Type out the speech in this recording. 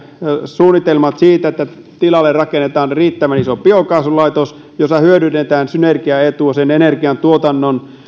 suunnitelmat siitä että tilalle rakennetaan riittävän iso biokaasulaitos jossa hyödynnetään synergiaetua sen energiantuotannon